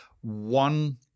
one